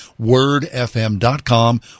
wordfm.com